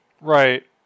Right